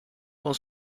con